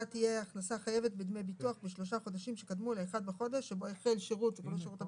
שהתקופה במקום שתסתיים ב-28 בפברואר 2022, תקופת